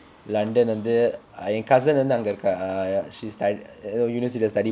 london வந்து என்:vanthu en cousin வந்து அங்க:vanthu anga she stud~ uh university study